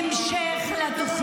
חבר הכנסת ואטורי,